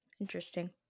interesting